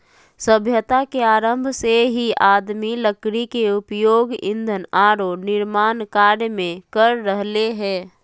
सभ्यता के आरंभ से ही आदमी लकड़ी के उपयोग ईंधन आरो निर्माण कार्य में कर रहले हें